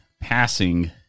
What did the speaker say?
passing